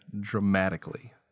dramatically